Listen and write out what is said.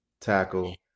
tackle